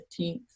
15th